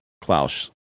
Klaus